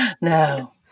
No